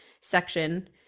section